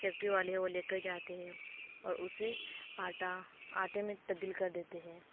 factory والے ہے وہ لے کر جاتے ہے اور اس سے آٹا آٹے میں تبدیل کر دیتے ہے